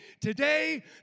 today